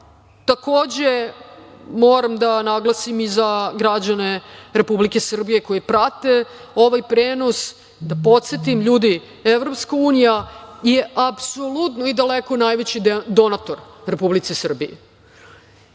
stvar. Moram da naglasim i za građane Republike Srbije koji prate ovaj prenos, da podsetim, ljudi, EU je apsolutno i daleko najveći donator Republici Srbiji.